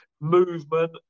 movement